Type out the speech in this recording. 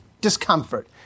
discomfort